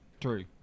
true